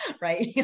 right